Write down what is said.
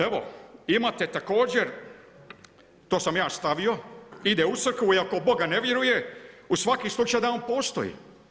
Evo, imate također, to sam ja stavio, ide u crkvu i ako u Boga ne vjeruje, u svaki slučaj da on postoji.